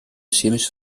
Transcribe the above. chemisch